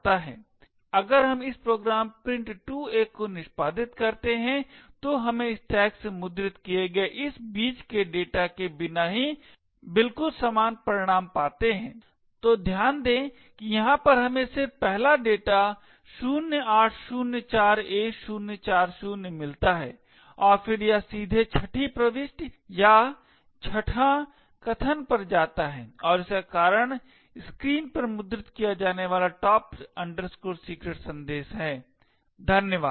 अगर हम इस प्रोग्राम print2a को निष्पादित करते हैं तो हमें स्टैक से मुद्रित किए गए इस बीच के डेटा के बिना ही बिल्कुल समान परिणाम पाते हैं तो ध्यान दें कि यहाँ पर हमें सिर्फ पहला डेटा 0804a040 मिलता है और फिर यह सीधे छठीं प्रविष्टि या छठा कथन पर जाता है और इसका कारण स्क्रीन पर मुद्रित किया जाने वाला top secret सन्देश है धन्यवाद